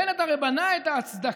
בנט הרי בנה את ההצדקה